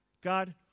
God